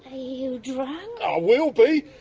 ah you drunk? i will be!